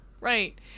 Right